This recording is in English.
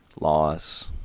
loss